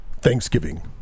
thanksgiving